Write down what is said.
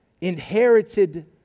inherited